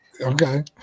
Okay